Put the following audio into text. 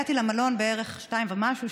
הגעתי למלון בערך 02:00 ומשהו,